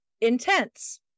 intense